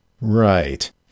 Right